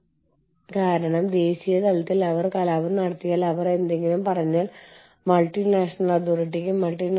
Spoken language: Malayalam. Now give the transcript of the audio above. നിങ്ങൾക്കറിയാമോ ആഗോളവൽക്കരണം നിങ്ങൾക്ക് ലോകത്തെവിടെയും ലഭ്യമായ ഏറ്റവും മികച്ച സ്ഥലം തിരയാനുള്ള ഒരു പ്ലാറ്റ്ഫോം നൽകുന്നു